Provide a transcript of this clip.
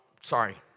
sorry